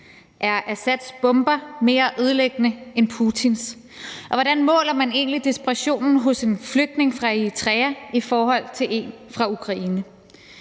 Er Assads bomber mere ødelæggende end Putins? Hvordan måler man egentlig desperationen hos en flygtning fra Eritrea i forhold til en fra Ukraine?